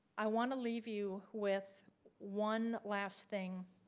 i want to leave you with one last thing,